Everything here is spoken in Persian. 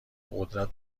قدرت